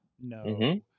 no